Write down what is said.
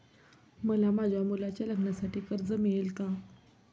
मला माझ्या मुलाच्या लग्नासाठी कर्ज मिळेल का?